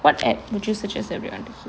what app would you suggest everyone to keep